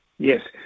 Yes